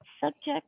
subject